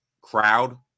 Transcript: crowd